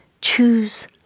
Choose